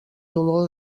dolor